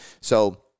So-